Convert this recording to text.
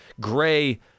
gray